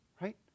right